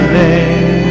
name